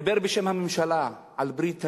הוא דיבר בשם הממשלה על ברית הדמים,